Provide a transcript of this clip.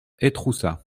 étroussat